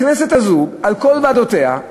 הכנסת הזו, על כל ועדותיה,